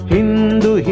Hindu